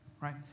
Right